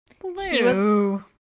Blue